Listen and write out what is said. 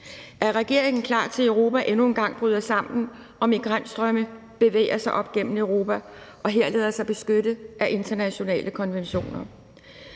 Er regeringen klar til, at Europa endnu en gang bryder sammen og migrantstrømme bevæger sig op gennem Europa og her lader sig beskytte af internationale konventioner?